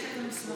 יש את המסמכים,